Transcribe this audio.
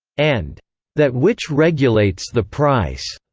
and that which regulates the price.